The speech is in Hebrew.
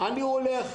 אני הולך,